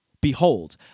Behold